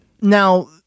Now